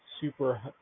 super